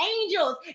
angels